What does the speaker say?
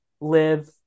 live